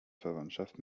verwandtschaft